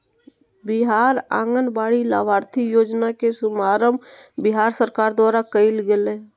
बिहार आंगनबाड़ी लाभार्थी योजना के शुभारम्भ बिहार सरकार द्वारा कइल गेलय